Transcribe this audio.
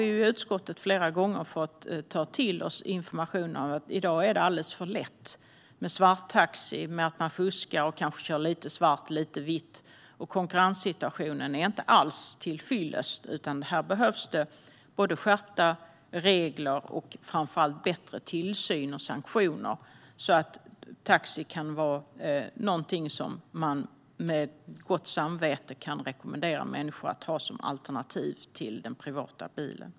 I utskottet har vi flera gånger fått ta till oss information om att det i dag är alldeles för lätt med svarttaxi. Man fuskar och kanske kör lite svart och lite vitt. Konkurrenssituationen är inte alls till fyllest, utan här behövs det både skärpta regler och framför allt bättre tillsyn och sanktioner så att taxi kan vara någonting som man med gott samvete kan rekommendera människor att ha som alternativ till den privata bilen.